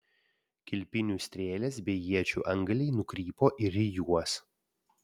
kilpinių strėlės bei iečių antgaliai nukrypo ir į juos